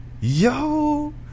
Yo